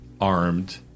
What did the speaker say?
armed